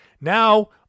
Now